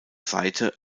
seite